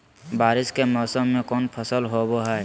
बारिस के मौसम में कौन फसल होबो हाय?